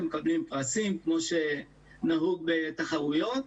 מקבלים פרסים כמו שנהוג בתחרויות.